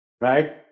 right